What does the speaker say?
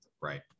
Right